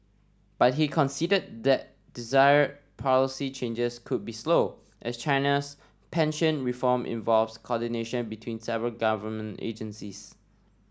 but he conceded that desired policy changes could be slow as China's pension reform involves coordination between several government agencies